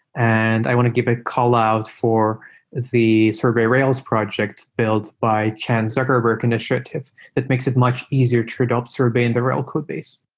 and i want to give a callout for the sorbet rails project built by chan zuckerbert initiative that makes it much easier to adapt sorbet in the rail codebase.